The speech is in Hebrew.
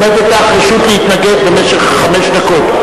עומדת לך רשות להתנגד במשך חמש דקות.